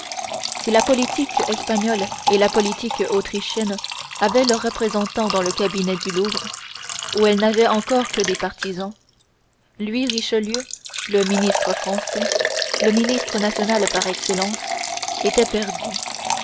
perdue la politique espagnole et la politique autrichienne avaient leurs représentants dans le cabinet du louvre où elles n'avaient encore que des partisans lui richelieu le ministre français le ministre national par excellence était perdu